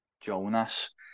Jonas